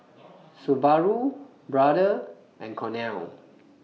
Subaru Brother and Cornell